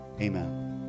amen